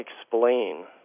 explain